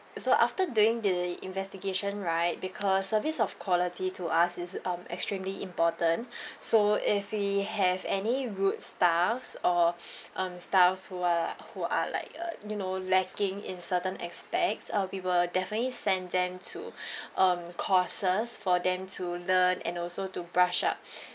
so after doing the investigation right because service of quality to us is um extremely important so if we have any rude staffs or um staffs who are who are like uh you know lacking in certain aspects uh we will definitely send them to um courses for them to learn and also to brush up